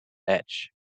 edge